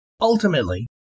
Ultimately